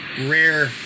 rare